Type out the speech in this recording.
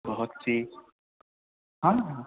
بہت ہی ہاں